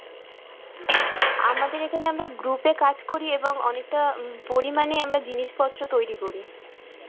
আমাদের এখানে আমরা গ্রুপে কাজ করি এবং অনেকটা পরিমাণে আমরা জিনিসপত্র তৈরি করি